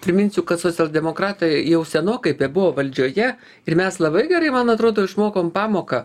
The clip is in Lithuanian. priminsiu kad socialdemokratai jau senokai bebuvo valdžioje ir mes labai gerai man atrodo išmokom pamoką